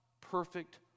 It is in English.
perfect